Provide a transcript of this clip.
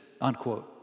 unquote